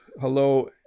hello